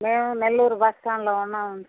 మేము నెల్లూరు బస్స్టాండ్లో ఉన్నాం సార్